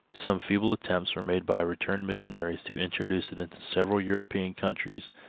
some feeble attempts were made by returned missionaries to introduce it into several european countries,